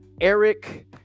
eric